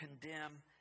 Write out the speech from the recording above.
condemn